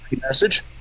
message